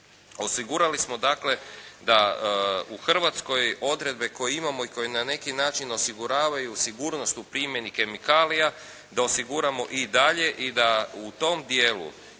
osigurali smo dakle da u Hrvatskoj odredbe koje imamo i koje na neki način osiguravaju sigurnost u primjeni kemikalija da osiguramo i dalje i da u tom dijelu